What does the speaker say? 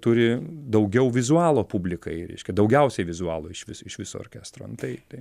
turi daugiau vizualo publikai reiškia daugiausiai vizualo išvis iš viso orkestro nu tai tai